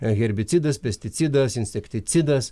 herbicidas pesticidas insekticidas